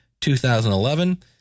2011